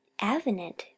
avenant